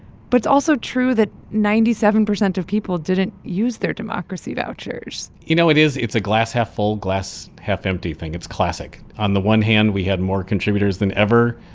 but it's also true that ninety seven percent of people didn't use their democracy vouchers you know, it is it's a glass-half-full glass-half-empty thing. it's classic. on the one hand, we had more contributors than ever.